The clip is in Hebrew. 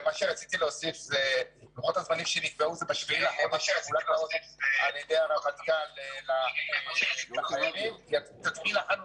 הצבא על אותן קבוצות ועל אותם ארגונים של אזרחים שלהם